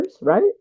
right